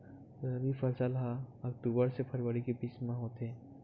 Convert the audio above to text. रबी फसल हा अक्टूबर से फ़रवरी के बिच में होथे